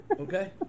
okay